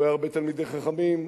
רואה הרבה תלמידי חכמים,